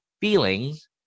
feelings